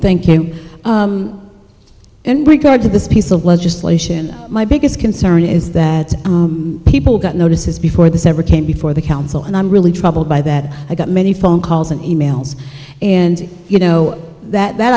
thank you and regard to this piece of legislation my biggest concern is that people got notices before this ever came before the council and i'm really troubled by that i got many phone calls and e mails and you know that